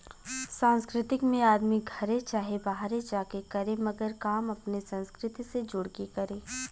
सांस्कृतिक में आदमी घरे चाहे बाहरे जा के करे मगर काम अपने संस्कृति से जुड़ के करे